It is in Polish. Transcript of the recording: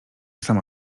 sama